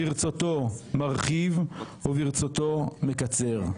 ברצותו מרחיב, וברצותו מקצר".